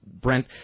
Brent